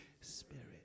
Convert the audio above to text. Spirit